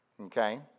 okay